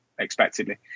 expectedly